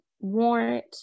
warrant